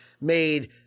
made